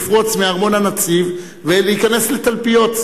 לפרוץ מארמון-הנציב ולהיכנס לתלפיות.